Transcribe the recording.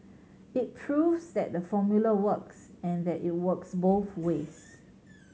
it proves that the formula works and that it works both ways